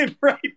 right